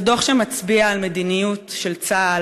זה דוח שמצביע על מדיניות של צה"ל,